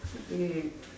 okay